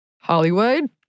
Hollywood